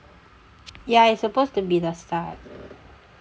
ya it's supposed to be the start